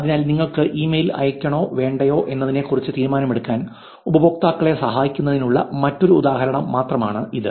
അതിനാൽ നിങ്ങൾക്ക് ഇമെയിൽ അയയ്ക്കണോ വേണ്ടയോ എന്നതിനെക്കുറിച്ച് തീരുമാനമെടുക്കാൻ ഉപയോക്താക്കളെ സഹായിക്കുന്നതിനുള്ള മറ്റൊരു ഉദാഹരണം മാത്രമാണ് ഇത്